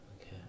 Okay